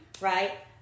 right